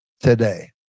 today